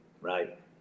right